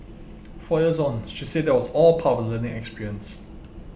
four years on she said that was all part of the learning experience